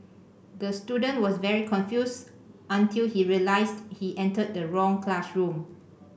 the student was very confused until he realised he entered the wrong classroom